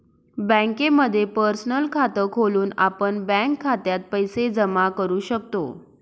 बँकेमध्ये पर्सनल खात खोलून आपण बँक खात्यात पैसे जमा करू शकतो